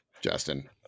Justin